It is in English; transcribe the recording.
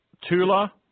Tula